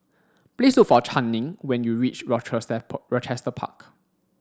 please look for Channing when you reach Rochester Park